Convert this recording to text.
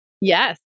Yes